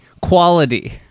quality